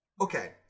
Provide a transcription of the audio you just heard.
Okay